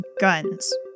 guns